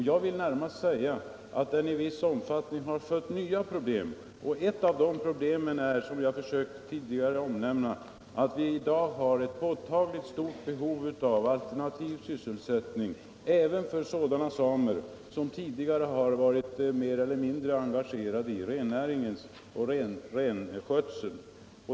Jag vill närmast säga att den i viss utsträckning har fött nya problem. Och ett av de problemen är, som jag tidigare har försökt framhålla, att vi i dag har ett påtagligt behov av alternativ sysselsättning även för sådana samer som tidigare har varit mer eller mindre engagerade i rennäringen och renskötseln.